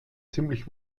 ziemlich